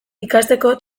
ikasteko